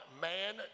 man